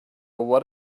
what